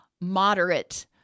moderate